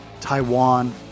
Taiwan